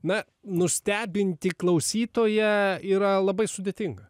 na nustebinti klausytoją yra labai sudėtinga